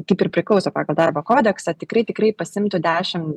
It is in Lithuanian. kaip ir priklauso pagal darbo kodeksą tikrai tikrai pasiimtų dešim